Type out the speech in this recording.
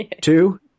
Two